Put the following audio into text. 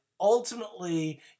Ultimately